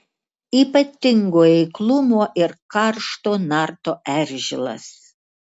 ypatingo eiklumo ir karšto narto eržilas